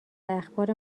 اخبار